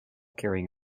carrying